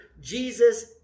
Jesus